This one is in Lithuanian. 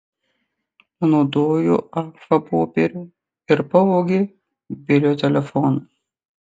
panaudojo agfa popierių ir pavogė bilio telefoną